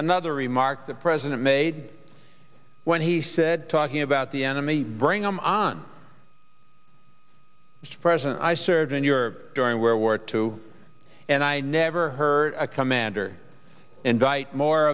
another remark the president made when he said talking about the enemy bring em on president i served in your during world war two and i never heard a commander invite more